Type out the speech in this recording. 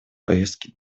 повестки